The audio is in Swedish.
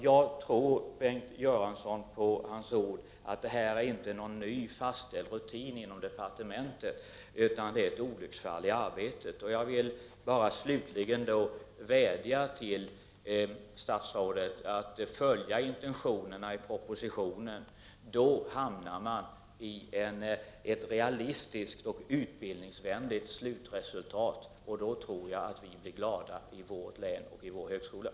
Jag tror på Bengt Göranssons ord att det inte har fastställts någon ny rutin inom departementet utan att det är ett olycksfall i arbetet. Jag vill slutligen bara vädja till statsrådet att han följer intentionerna i pro positionen — då blir slutresultatet realistiskt och utbildningsvänligt, och då = Prot. 1989/90:34 blir vi glada i vårt län och vid vår högskola.